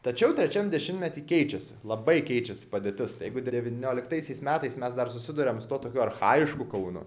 tačiau trečiam dešimtmety keičiasi labai keičiasi padėtis tai jeigu devynioliktaisiais metais mes dar susiduriam su tokiu archajišku kaunu